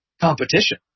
competition